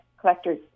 collector's